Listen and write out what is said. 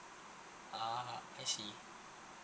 ah I see